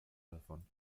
davon